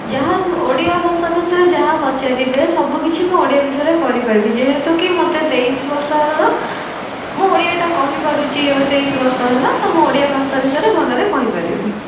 ଯାହା ଓଡ଼ିଆ ଭାଷା ବିଷୟରେ ଯାହା ପଚାରିବେ ସବୁ କିଛି ମୁଁ ଓଡ଼ିଆ ବିଷୟରେ କରିପାରିବି ଯେହେତୁକି ମୋତେ ତେଇଶି ବର୍ଷର ମୁଁ ଓଡ଼ିଆଟା କହିପାରୁଛି ଓ ତେଇଶି ବର୍ଷ ହେଲା ତ ମୁଁ ଓଡ଼ିଆ ଭାଷାଟା ଭଲରେ କହିପାରିବି